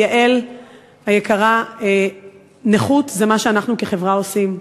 יעל היקרה, נכות זה מה שאנחנו כחברה עושים.